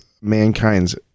mankind's